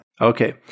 Okay